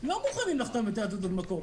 לא מוכנים לחתום על תעודות מקור.